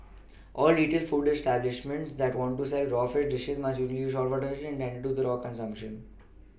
all retail food establishments that want to sell raw fish dishes must use only saltwater intended for raw consumption